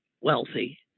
wealthy